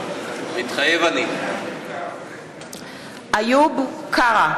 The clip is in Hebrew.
מתחייב אני איוב קרא,